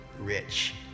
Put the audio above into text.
rich